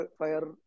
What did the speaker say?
fire